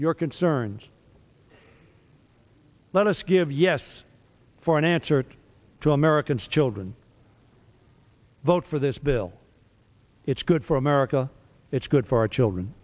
your concerns let us give yes for an answer to america's children vote for this bill it's good for america it's good for our children